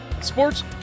Sports